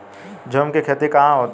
झूम की खेती कहाँ होती है?